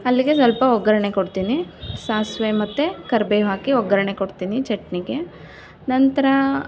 ಅಲ್ಲಿಗೆ ಸ್ವಲ್ಪ ಒಗ್ಗರಣೆ ಕೊಡ್ತೀನಿ ಸಾಸಿವೆ ಮತ್ತೆ ಕರ್ಬೇವು ಹಾಕಿ ಒಗ್ಗರಣೆ ಕೊಡ್ತೀನಿ ಚಟ್ನಿಗೆ ನಂತರ